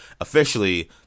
officially